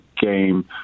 game